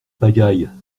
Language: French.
pagaille